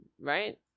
right